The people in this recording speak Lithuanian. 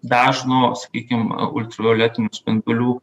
dažno sakykim ultravioletinių spindulių